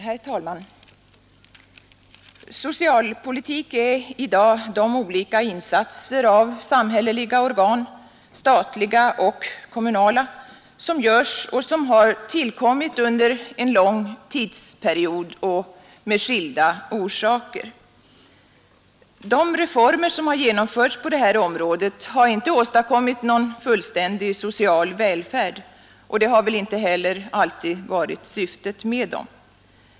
Herr talman! Socialpolitik är i dag de olika insatser av samhälleliga organ, statliga och kommunala, som görs och som har tillkommit under en lång tidsperiod och av skilda orsaker. De reformer som har genomförts på det här området har inte åstadkommit någon fullständig social välfärd, och det har väl inte heller varit syftet med dem.